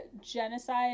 genocide